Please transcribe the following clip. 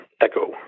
echo